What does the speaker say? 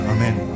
Amen